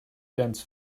dense